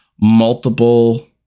multiple